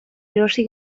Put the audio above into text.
erosi